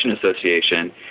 Association